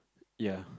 ya